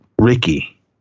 Ricky